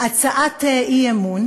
אגב,